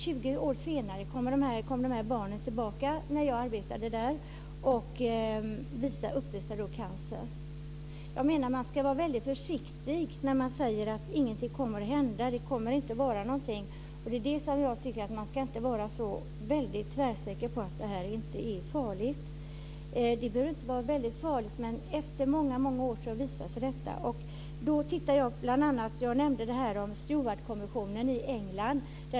20 år senare, när jag arbetade med dessa frågor, kom barnen tillbaka och uppvisade cancer. Man ska vara väldigt försiktig när man säger att ingenting kommer att hända. Man ska inte vara så tvärsäker på att detta inte är farligt. Det behöver inte vara väldigt farligt, men det visar sig först efter många år. Jag nämnde bl.a. Stewartkommissionen i England.